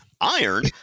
Iron